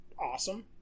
awesome